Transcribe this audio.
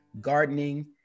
gardening